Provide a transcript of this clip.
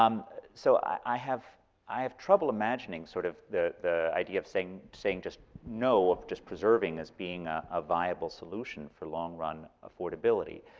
um so i have i have trouble imagining sort of the idea of saying saying just no, of just preserving being a viable solution for long-run affordability.